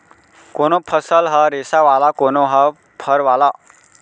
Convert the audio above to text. कोनो फसल ह रेसा वाला, कोनो ह फर वाला